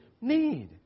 need